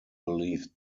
believed